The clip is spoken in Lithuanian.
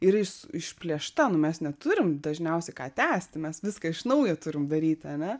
ir jis išplėšta nu mes neturim dažniausiai ką tęsti mes viską iš naujo turim daryti ane